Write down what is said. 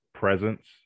presence